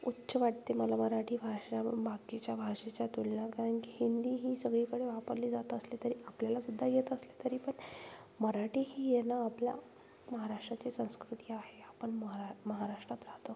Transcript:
उच्च वाटते मला मराठी भाषा बाकीच्या भाषेच्या तुलना कारण की हिंदी ही सगळीकडे वापरली जात असली तरी आपल्यालासुद्धा येत असली तरी पण मराठी ही येणं आपल्या महाराष्ट्राची संस्कृती आहे आपण महरा महाराष्ट्रात राहतो